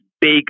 big